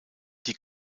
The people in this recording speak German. die